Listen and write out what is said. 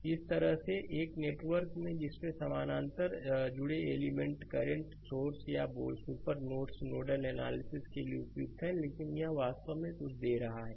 और इसी तरह एक नेटवर्क जिसमें समानांतर जुड़े एलिमेंट हैं करंट स्रोत या सुपर नोड्स नोडल एनालिसिस के लिए उपयुक्त हैं लेकिन यह वास्तव में कुछ दे रहा है